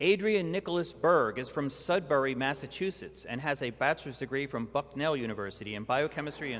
adrian nicholas berg is from sudbury massachusetts and has a bachelor's degree from bucknell university in biochemistry